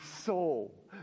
soul